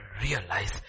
realize